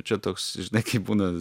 čia toks žinai kai būna